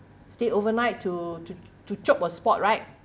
stay overnight to to to chop a spot right